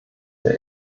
der